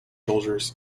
soldiers